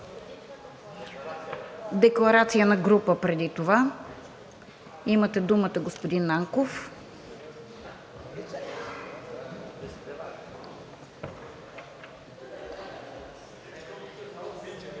Декларация на група преди това. Имате думата, господин Нанков.